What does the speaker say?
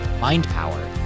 MindPower